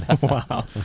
Wow